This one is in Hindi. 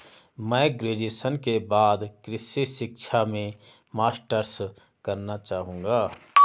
मैं ग्रेजुएशन के बाद कृषि शिक्षा में मास्टर्स करना चाहूंगा